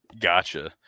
Gotcha